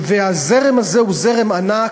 הזרם הזה הוא זרם ענק,